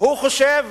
הוא חושב